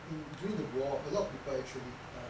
in during the war a lot of people actually